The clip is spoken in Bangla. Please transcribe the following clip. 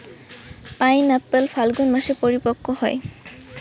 পাইনএপ্পল ফাল্গুন মাসে পরিপক্ব হয়